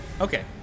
Okay